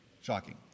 Shocking